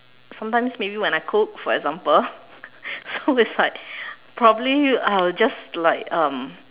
sometimes maybe when I cook for example so it's like probably I'll just like um